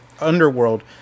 underworld